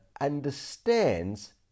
understands